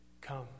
come